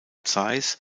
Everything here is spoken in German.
zeiss